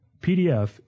PDF